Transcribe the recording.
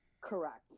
Correct